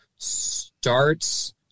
starts